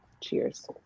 Cheers